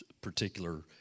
particular